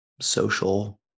social